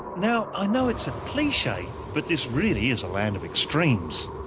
now i know it's a cliche but this really is a land of extremes.